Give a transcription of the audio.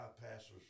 pastors